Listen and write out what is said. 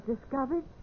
discovered